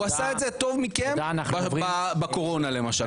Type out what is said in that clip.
הוא עשה את זה טוב מכם בקורונה למשל.